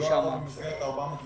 הוא לא עבר במסגרת ה-411,